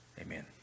Amen